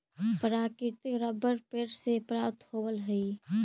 प्राकृतिक रबर पेड़ से प्राप्त होवऽ हइ